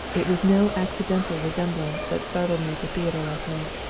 it was no accidental resemblance that startled me at the theater last night.